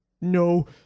no